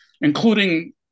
including